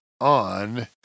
on